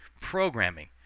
programming